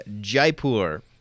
Jaipur